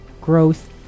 growth